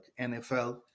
NFL